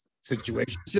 situation